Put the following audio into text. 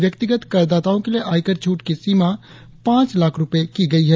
व्यक्तिगत करदाताओं के लिए आयकर छूट की सीमा पांच लाख रुपये की गई है